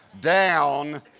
down